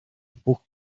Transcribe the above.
бүх